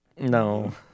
No